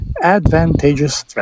advantageous